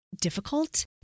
difficult